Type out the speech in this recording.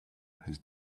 his